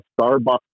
Starbucks